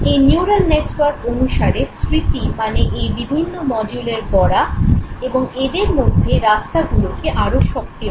এই neural network অনুসারে স্মৃতি মানে এই বিভিন্ন মডিউলের গড়া এবং এদের মধ্যের রাস্তাগুলোকে আরও সক্রিয় করা